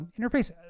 interface